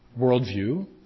worldview